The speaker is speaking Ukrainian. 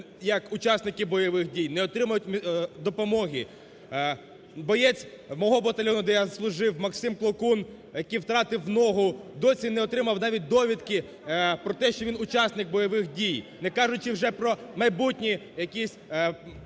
як учасники бойових дій, не отримують допомоги. Боєць мого батальйону, де я служив, Максим Клокун, який втратив ногу, досі не отримав навіть довідки про те, що він учасник бойових дій, не кажучи вже про майбутні якісь